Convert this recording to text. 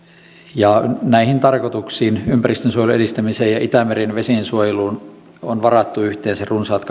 näihin tarkoituksiin ympäristönsuojelun edistämiseen ja itämeren vesiensuojeluun on varattu yhteensä runsaat